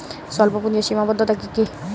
স্বল্পপুঁজির সীমাবদ্ধতা কী কী?